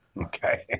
Okay